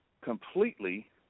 completely